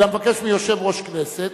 אלא מבקש מיושב-ראש הכנסת,